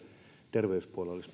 terveyspuolella